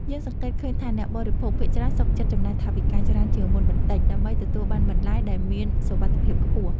យើងសង្កេតឃើញថាអ្នកបរិភោគភាគច្រើនសុខចិត្តចំណាយថវិកាច្រើនជាងមុនបន្តិច ដើម្បីទទួលបានបន្លែដែលមានសុវត្ថិភាពខ្ពស់។